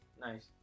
Nice